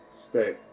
Stay